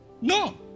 No